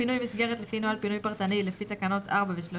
פינוי מסגרת לפי נוהל פינוי פרטני לפי תקנות 4 ו-13,